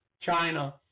China